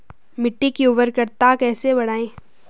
मिट्टी की उर्वरकता कैसे बढ़ायें?